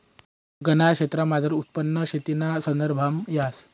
गनज क्षेत्रमझारलं उत्पन्न शेतीना संदर्भामा येस